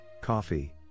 coffee